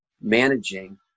managing